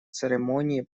церемонии